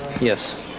Yes